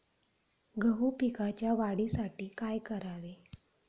गहू पिकाच्या वाढीसाठी काय करावे?